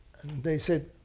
they said,